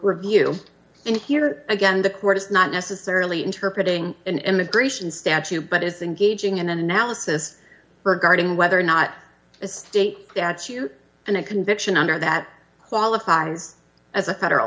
review and here again the court is not necessarily interpreting an immigration statute but is engaging in an analysis regarding whether or not a state that's you in a conviction under that qualifies as a federal